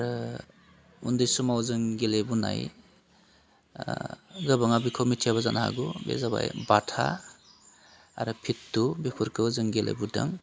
उन्दै समाव जों गेलेबोनाय गोबाङा बेखौ मिथियाबो जानो हागौ बे जाबाय बाथा आरो पिथ्थु बेफोरखौ जों गेलेबोदों